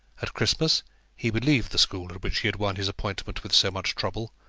at christmas he would leave the school at which he had won his appointment with so much trouble,